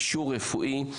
אישור רפואי,